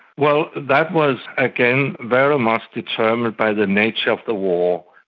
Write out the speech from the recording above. well, that was again very much determined by the nature of the war.